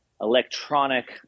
electronic